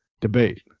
debate